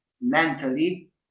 mentally